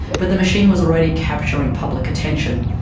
but the machine was already capturing public attention.